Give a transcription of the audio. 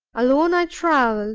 alone i traveled,